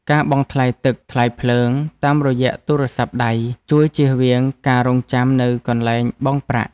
ការបង់ថ្លៃទឹក ថ្លៃភ្លើង តាមរយៈទូរស័ព្ទដៃ ជួយចៀសវាងការរង់ចាំនៅកន្លែងបង់ប្រាក់។